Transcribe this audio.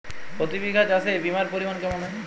প্রতি বিঘা চাষে বিমার পরিমান কেমন হয়?